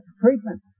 treatment